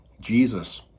Jesus